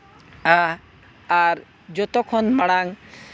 ᱟᱨ ᱡᱚᱛᱚ ᱠᱷᱚᱱ ᱢᱟᱲᱟᱝ